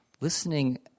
Listening